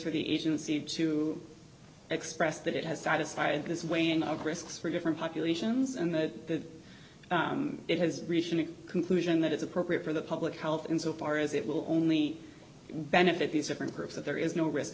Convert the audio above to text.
for the agency to express that it has satisfied this weighing of risks for different populations and that it has reason to conclusion that it's appropriate for the public health insofar as it will only benefit these different groups that there is no risk